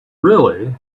really